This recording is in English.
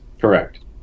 Correct